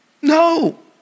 No